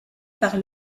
par